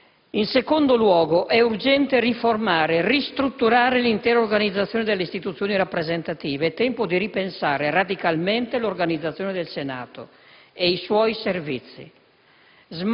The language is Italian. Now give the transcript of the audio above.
In secondo luogo, è urgente riformare, ristrutturare l'intera organizzazione delle istituzioni rappresentative. È tempo di ripensare radicalmente all'organizzazione del Senato e ai suoi servizi,